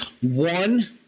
One